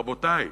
רבותי,